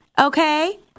Okay